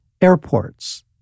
Airports